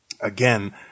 again